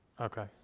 Okay